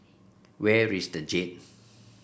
where is the Jade